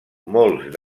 molts